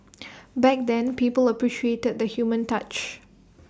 back then people appreciated the human touch